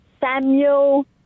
Samuel